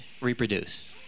reproduce